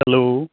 hello